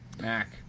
Mac